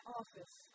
office